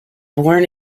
born